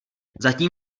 zatím